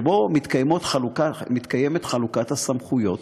שבו מתקיימת חלוקת סמכויות,